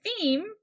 theme